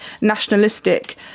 nationalistic